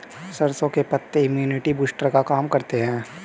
सरसों के पत्ते इम्युनिटी बूस्टर का काम करते है